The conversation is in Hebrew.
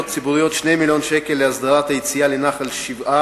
ציבוריות 2 מיליוני שקל להסדרת היציאה לנחל-השבעה